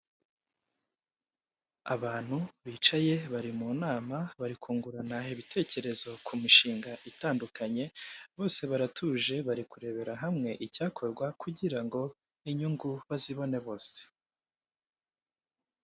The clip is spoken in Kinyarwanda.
Abantu bicaye bari mu nama, bari kungurana ibitekerezo ku mishinga itandukanye, bose baratuje bari kurebera hamwe icyakorwa kugira ngo inyungu bazibone bose.